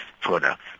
products